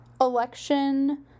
election